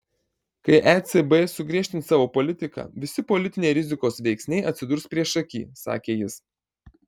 kai ecb sugriežtins savo politiką visi politiniai rizikos veiksniai atsidurs priešaky sakė jis